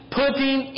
putting